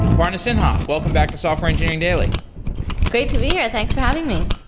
aparna sinha, welcome back to software engineering daily great to be here. thanks for having me.